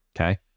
Okay